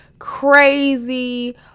Crazy